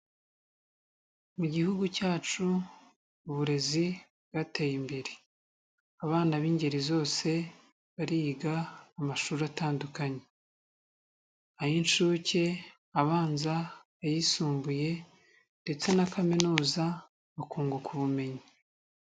Mu Gihugu cyacu uburezi bwateye imbere, abana b'ingeri zose bariga mu mashuri atandukanye: ay'incuke, abanza, ayisumbuye ndetse na kaminuza mu kunguka ubumenyi.